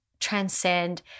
Transcend